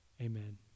amen